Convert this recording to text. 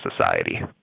society